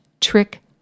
trick